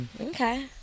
okay